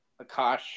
Akash